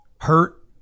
hurt